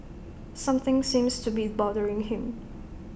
something seems to be bothering him